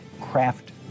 Craft